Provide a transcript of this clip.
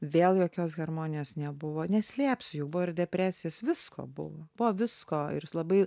vėl jokios harmonijos nebuvo neslėpsiu jau buvo ir depresijos visko buvo buvo visko ir labai